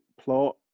plot